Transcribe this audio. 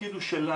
התפקיד הוא שלנו,